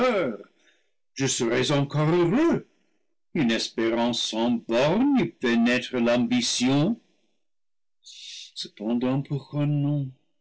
je serais encore heureux une espérance sans bornes n'eût pas fait naître l'ambition cependant pourquoi non